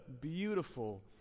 beautiful